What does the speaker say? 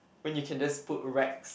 when you can just put racks